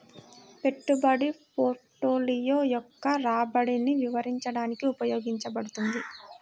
పెట్టుబడి పోర్ట్ఫోలియో యొక్క రాబడిని వివరించడానికి ఉపయోగించబడుతుంది